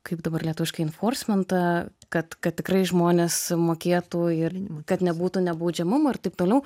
kaip dabar lietuviškai inforsmentą kad kad tikrai žmonės mokėtų ir kad nebūtų nebaudžiamumo ir taip toliau